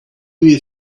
you